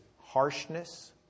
harshness